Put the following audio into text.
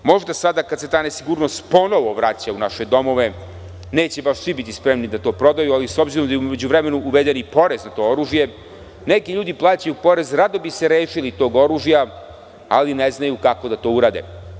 Možda sada kada se ta nesigurnost ponovo vraća u naše domove neće biti baš svi spremni da to prodaju, ali s obzirom da je u međuvremenu uveden i porez na to oružje, neki ljudi plaćaju porez, i rado bi se rešili tog oružja, ali ne znaju kako da to urade.